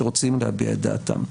שרוצים להביע את דעתם.